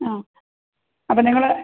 ആ അപ്പോൾ നിങ്ങൾ